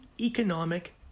economic